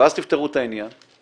ואז תפתרו את העניין?